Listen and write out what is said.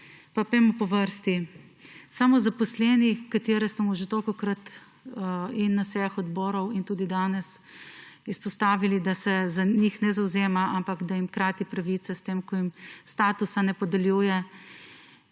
Pa pojdimo po vrsti. Samozaposleni, ki ste jih že tolikokrat na sejah odborov in tudi danes izpostavili, da se minister za njih ne zavzema, ampak da jim krati pravice s tem, ko jim ne podeljuje